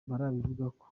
barabivugako